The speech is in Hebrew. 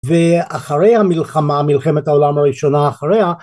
ואחרי המלחמה מלחמת העולם הראשונה אחריה